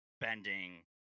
bending